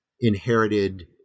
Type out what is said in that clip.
inherited